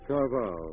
Carval